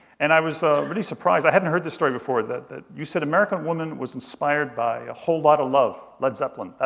and i was so really surprised. i hadn't heard this story before, that that you said american woman was inspired by a whole lotta love led zeppelin.